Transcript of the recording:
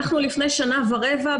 לפני שנה ורבע,